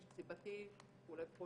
קשר סיבתי וכולי.